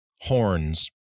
horns